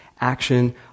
action